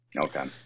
Okay